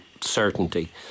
certainty